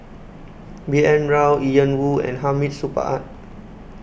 B N Rao Ian Woo and Hamid Supaat